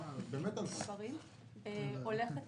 הלוואי.